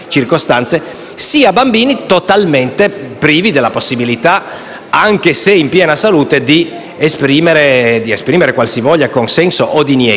anche se in piena salute, di esprimere qualsivoglia consenso o diniego. Togliere queste parole darebbe quindi un elemento di